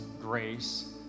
grace